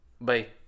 Bye